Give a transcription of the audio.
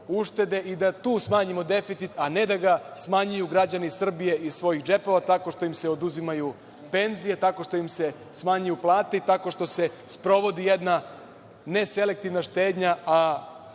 i da tu smanjimo deficit, a ne da ga smanjuju građani Srbije iz svojih džepova, tako što im se oduzimaju penzije, tako što im se smanjuju plate i tako što im se sprovodi jedna neselektivna štednja,